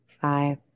five